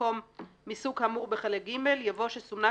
במקום "מסוג כאמור בחלק ג'" יבוא "שסומנה